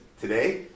Today